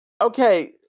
Okay